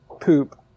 poop